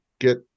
get